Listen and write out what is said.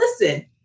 listen